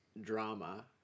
drama